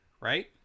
right